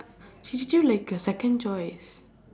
she treat you like a second choice